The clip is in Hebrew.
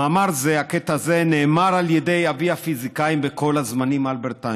הקטע הזה נאמר על ידי אבי הפיזיקאים בכל הזמנים אלברט איינשטיין.